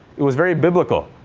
it was very biblical.